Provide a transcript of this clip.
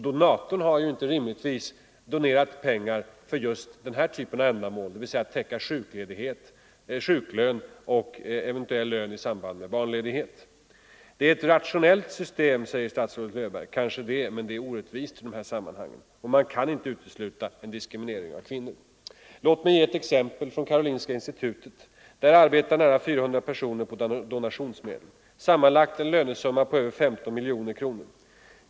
Donatorn har ju inte rimligtvis donerat pengar för just den här typen av ändamål, dvs. för att täcka sjuklön och eventuell lön i samband med barnledighet. Det är ett rationellt system, säger statsrådet Löfberg. Kanske det, men det är orättvist i det här sammanhanget, och man kan inte utesluta en diskriminering av kvinnor. Låt mig ge ett exempel från Karolinska institutet! Där arbetar nära 400 personer på donationsmedel, sammanlagt en lönesumma på över 15 miljoner kronor.